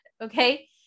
Okay